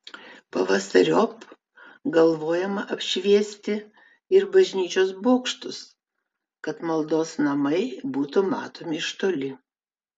pavasariop galvojama apšviesti ir bažnyčios bokštus kad maldos namai būtų matomi iš toli